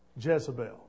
Jezebel